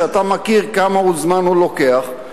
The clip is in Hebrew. שאתה יודע כמה זמן הוא לוקח.